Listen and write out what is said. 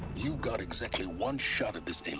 you've got exactly one shot at this